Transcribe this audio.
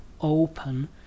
open